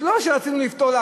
אז לא שרצינו לפתור,